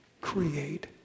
Create